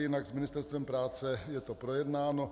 Jinak s Ministerstvem práce je to projednáno.